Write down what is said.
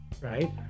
Right